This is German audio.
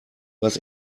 was